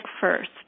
first